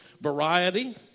variety